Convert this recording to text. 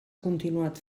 continuat